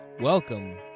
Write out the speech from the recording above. Welcome